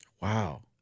Wow